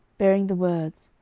bearing the words,